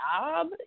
job